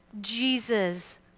Jesus